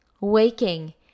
waking